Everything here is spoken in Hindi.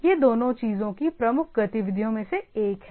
ये दोनों चीजों की प्रमुख गतिविधियों में से एक हैं